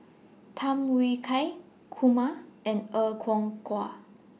Tham Yui Kai Kumar and Er Kwong Wah